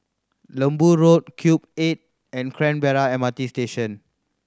Lembu Road Cube Eight and Canberra M R T Station